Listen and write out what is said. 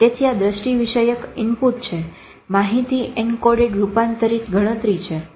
તેથી આ દ્રષ્ટિવિષયક ઈનપુટ છે માહિતી એન્કોડેડ રૂપાંતરિત ગણતરી છે